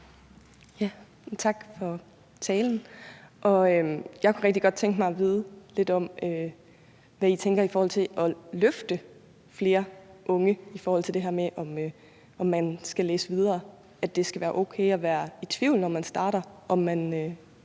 Tak for talen. Jeg kunne rigtig godt tænke mig at vide lidt om, hvad I tænker omkring at løfte flere unge i forhold til det med, om man skal læse videre – at det skal være okay at være i tvivl om, når man starter,